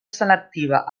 selectiva